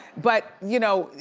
but, you know,